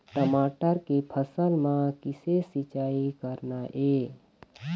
टमाटर के फसल म किसे सिचाई करना ये?